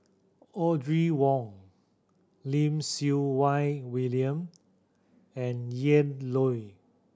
Audrey Wong Lim Siew Wai William and Ian Loy